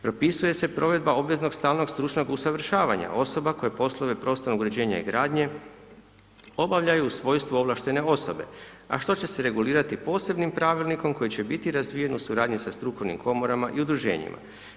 Propisuje se provedba obveznog stalnog stručnog usavršavanja osoba koje poslove prostornog uređenja i gradnje obavljaju u svojstvu ovlaštene osobe, a što će se regulirati posebnim Pravilnikom koji će biti razvijen u suradnji sa strukovnim Komorama i udruženjima.